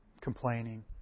complaining